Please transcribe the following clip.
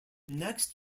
next